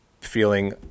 feeling